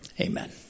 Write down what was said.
Amen